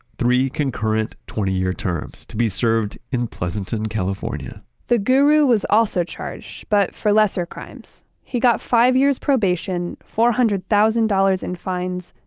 three concurrent twenty year terms to be served in pleasanton, california the guru was also charged, but for lesser crimes. he got five years probation, four hundred thousand dollars in fines,